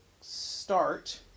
start